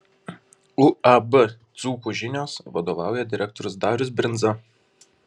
uab dzūkų žinios vadovauja direktorius darius brindza